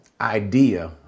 idea